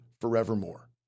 forevermore